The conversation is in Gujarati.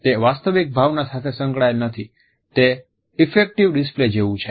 તે વાસ્તવિક ભાવના સાથે સંકળાયેલ નથી તે ઈફ્ફેક્ટ ડિસ્પ્લે જેવું છે